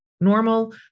normal